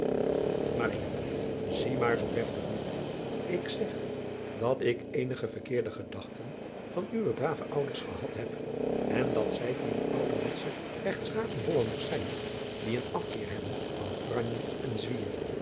ie maar zoo deftig niet k zeg dat ik eenige verkeerde gedachten van uwe brave ouders gehad heb en dat zij van die ouderwetsche regtschapen ollanders zijn die een afkeer hebben van franje en zwier